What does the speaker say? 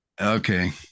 okay